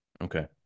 Okay